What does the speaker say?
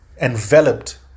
enveloped